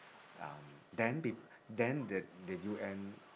um then th~ then the the U_N